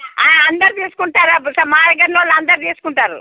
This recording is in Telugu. అందరు తీసుకుంటారు అప్పుడు మా దగ్గర ఉన్న వాళ్ళు అందరు తీసుకుంటారు